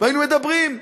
והיינו מדברים,